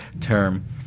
term